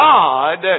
God